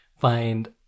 find